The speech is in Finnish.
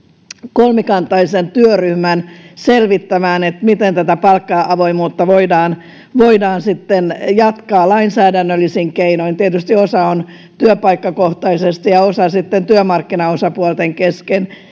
kolmikantaisen työryhmän selvittämään miten tätä palkka avoimuutta voidaan voidaan sitten jatkaa lainsäädännöllisin keinoin tietysti osa on työpaikkakohtaisesti ja osa sitten työmarkkinaosapuolten kesken